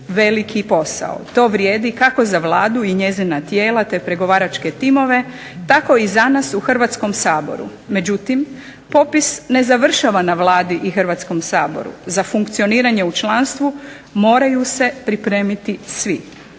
veliki posao. To vrijedi, kako za Vladu i njezina tijela, te pregovaračke timove, tako i za nas u Hrvatskom saboru. Međutim popis ne završava na Vladi i Hrvatskom saboru. Za funkcioniranje u članstvu moraju se pripremiti svi.